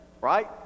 right